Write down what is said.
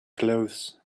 clothes